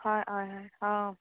হয় হয় হয় অ'